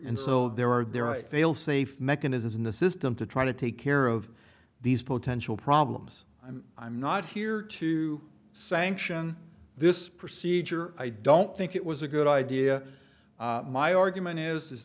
and so there are there are a failsafe mechanism in the system to try to take care of these potential problems i'm i'm not here to sanction this procedure i don't think it was a good idea my argument is